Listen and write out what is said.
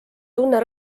tunne